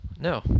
No